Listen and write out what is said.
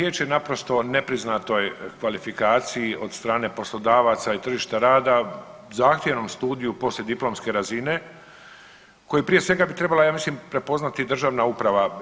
Riječ je naprosto o nepriznatoj kvalifikaciji od strane poslodavaca i tržišta rada, zahtjevnom studiju poslijediplomske razine koji prije svega bi trebala ja mislim prepoznati državna uprava.